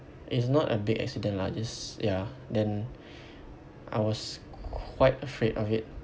it's not a big accident lah just ya then I was quite afraid of it